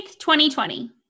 2020